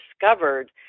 discovered